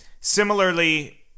Similarly